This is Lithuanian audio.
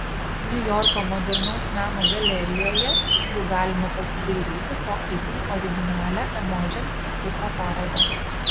niujorko modernaus meno galerijoje jau galima pasidairyti po itin originalią emodžiams skirtą parodą